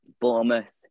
Bournemouth